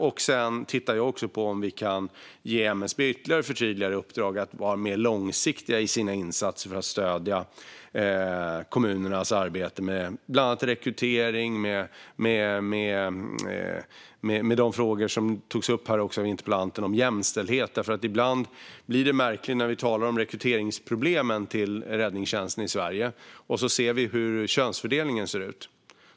Vi tittar också på om vi kan ge MSB ett ytterligare förtydligat uppdrag att vara mer långsiktig i sina insatser för att stödja kommunernas arbete med bland annat rekrytering och med jämställdhet, som togs upp av interpellanten. Ibland blir det märkligt när vi pratar om problemet att rekrytera till räddningstjänsten i Sverige när vi ser hur könsfördelningen ser ut.